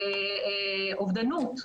אובדנות,